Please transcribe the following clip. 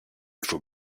faut